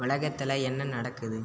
உலகத்தில் என்ன நடக்குது